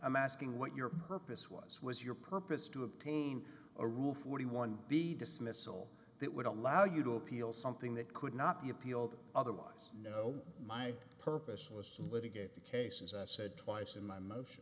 i'm asking what your purpose was was your purpose to obtain a rule forty one b dismissal that would allow you to appeal something that could not be appealed otherwise no my purpose was to litigate the case as i said twice in my mo